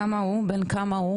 (הקרנת סרטון בפני הוועדה)